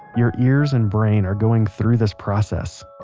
your ears and brain are going through this process.